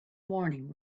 morning